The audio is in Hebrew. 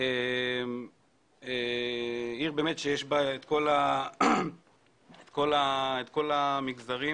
עיר שיש בה את כל המגזרים